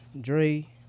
Dre